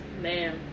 Man